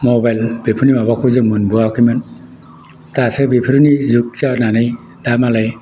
mobile बेफोरनि माबाखौ जों मोनबोआखैमोन दासो बेफोरनि जुग जानानै दा मालाय